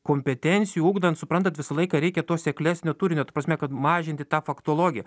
kompetencijų ugdant suprantat visą laiką reikia to seklesnio turinio ta prasme kad mažinti tą faktologiją